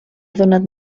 donat